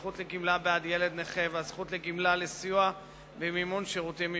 הזכות לגמלה בעד ילד נכה והזכות לגמלה לסיוע במימון שירותים מיוחדים.